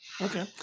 Okay